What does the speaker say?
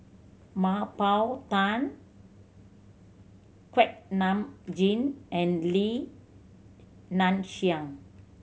Mah Bow Tan Kuak Nam Jin and Li Nanxing